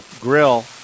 Grill